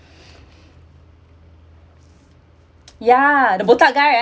ya the botak guy uh